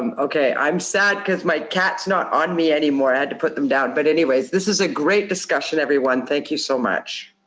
um okay, i'm sad cause my cat's not on me anymore. i had to put them down. but anyways, this is a great discussion, everyone. thank you so much.